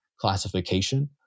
classification